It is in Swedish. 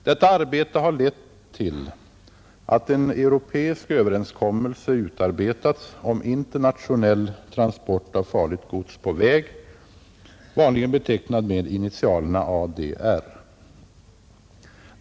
Detta arbete har lett till att en europeisk överenskommelse utarbetats om internationell transport av farligt gods på väg, vanligen betecknad med initialerna ADR.